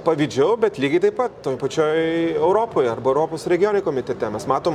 pavydžiau bet lygiai taip pat toj pačioj europoje arba europos regionų komitete mes matom